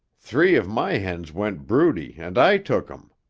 three of my hens went broody and i took em.